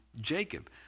Jacob